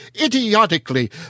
idiotically